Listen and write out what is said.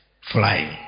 flying